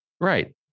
Right